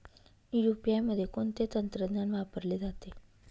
UPI मध्ये कोणते तंत्रज्ञान वापरले जाते?